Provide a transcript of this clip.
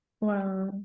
Wow